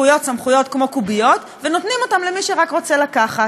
סמכויות-סמכויות כמו קוביות ונותנים אותן למי שרק רוצה לקחת.